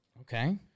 Okay